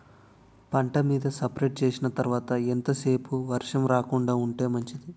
పంట మీద స్ప్రే చేసిన తర్వాత ఎంత సేపు వర్షం రాకుండ ఉంటే మంచిది?